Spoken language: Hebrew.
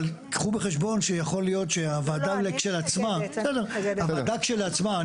אבל קחו בחשבון שיכול להיות שהוועדה כשלעצמה --- לא,